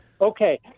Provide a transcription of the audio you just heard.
Okay